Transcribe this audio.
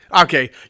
okay